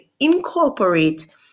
incorporate